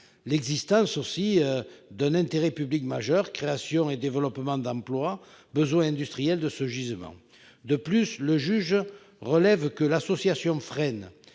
l'existence d'un intérêt public majeur : création et développement d'emplois, besoins industriels auxquels répond ce gisement. De plus, le juge relève que l'association FRENE